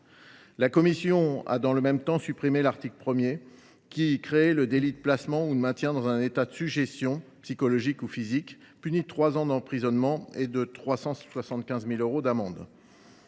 La commission a, dans le même temps, supprimé l’article 1, qui créait un délit de placement ou de maintien d’une personne dans un état de sujétion psychologique ou physique, puni de trois ans d’emprisonnement et de 375 000 euros d’amende.